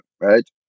right